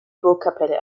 burgkapelle